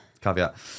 caveat